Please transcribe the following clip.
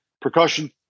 Percussion